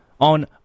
on